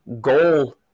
goal